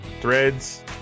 threads